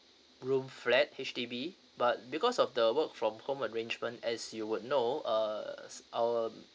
room flat H_D_B but because of the work from home arrangement as you would know uh our